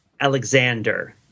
Alexander